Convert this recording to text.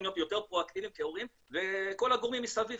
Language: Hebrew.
להיות יותר פרואקטיביים כהורים וכל הגורמים מסביב,